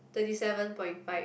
thirty seven point five